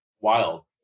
wild